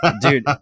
dude